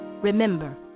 Remember